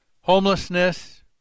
homelessness